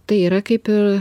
tai yra kaip ir